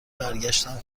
برگشتم